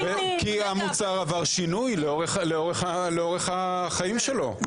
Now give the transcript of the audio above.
כי המוצר עבר שינוי לאורך החיים שלו.